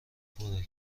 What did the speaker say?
پره